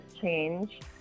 change